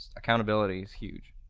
accountability is huge.